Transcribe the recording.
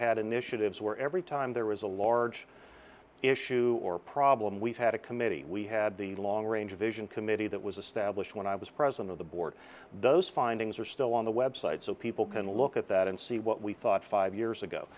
had initiatives where every time there was a large issue or problem we had a committee we had the long range vision committee that was established when i was president of the board those findings are still on the website so people can look at that and see what we thought five years ago